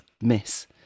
miss